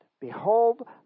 Behold